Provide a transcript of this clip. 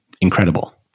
incredible